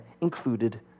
included